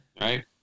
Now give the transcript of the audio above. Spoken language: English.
right